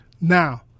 Now